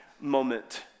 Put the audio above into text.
moment